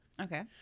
okay